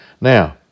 Now